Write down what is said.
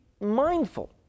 mindful